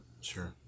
sure